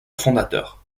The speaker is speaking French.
fondateur